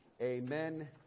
Amen